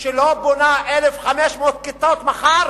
שלא בונה 1,500 כיתות מחר